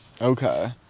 Okay